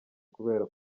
kubera